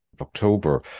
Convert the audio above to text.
October